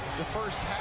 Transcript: the first